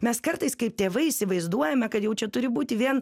mes kartais kaip tėvai įsivaizduojame kad jau čia turi būti vien